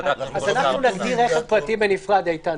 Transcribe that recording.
אז אנחנו נגדיר רכב פרטי בנפרד, איתן.